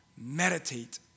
Meditate